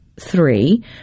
three